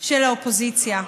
של האופוזיציה,